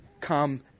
come